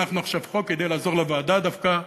הנחנו עכשיו חוק כדי לעזור לוועדה דווקא,